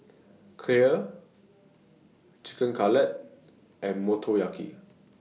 Kheer Chicken Cutlet and Motoyaki